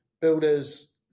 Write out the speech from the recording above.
builders